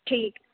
ਠੀਕ